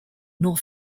nor